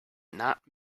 not